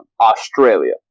Australia